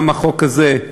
גם החוק הזה,